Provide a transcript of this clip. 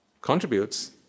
contributes